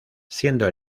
siendo